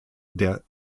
der